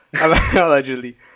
allegedly